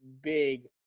big